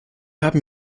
haben